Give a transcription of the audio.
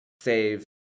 save